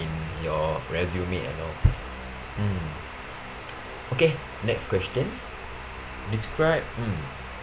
in your resume and all mm okay next question describe mm